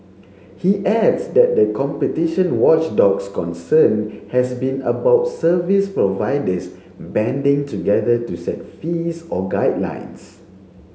he adds that the competition watchdog's concern has been about service providers banding together to set fees or guidelines